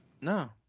No